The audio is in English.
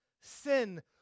Sin